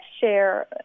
share